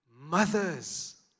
Mothers